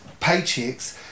paychecks